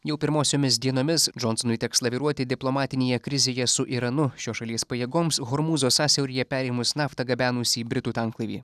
jau pirmosiomis dienomis džonsonui teks laviruoti diplomatinėje krizėje su iranu šios šalies pajėgoms hormūzo sąsiauryje perėmus naftą gabenusį britų tanklaivį